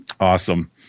Awesome